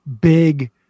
big